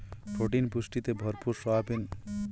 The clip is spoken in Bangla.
প্রোটিন পুষ্টিতে ভরপুর সয়াবিন হতিছে এক ধরণকার ভেজিটেরিয়ান খাবার